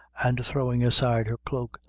and throwing aside her cloak,